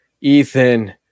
Ethan